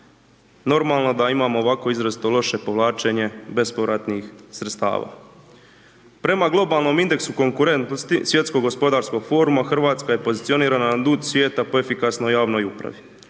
normalno da imamo ovako izrazito loše povlačenje bespovratnih sredstava. Prema globalnom indeksu konkurentnosti svjetskog gospodarskog foruma, RH je pozicionirana na dnu svijeta po efikasnoj javnoj upravi,